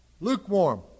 lukewarm